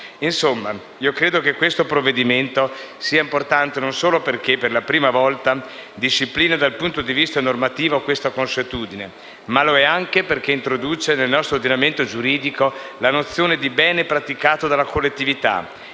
disimpegno. Credo che il provvedimento sia importante non solo perché per la prima volta disciplina dal punto di vista normativo questa consuetudine, ma lo è anche perché introduce nel nostro ordinamento giuridico la nozione di bene praticato dalla collettività: